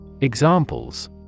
Examples